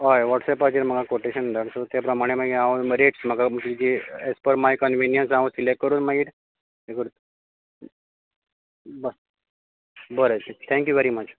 हय व्हॉट्सएपाचेर म्हाका कोटेशन धाड तूं तें प्रमाणे मागीर हांव रेटस म्हाका म्हणजे एस पर माय कनविनियन्स हांव सिलेक्ट करून मागीर हें करता बरें बरें थॅंक यू वेरी मच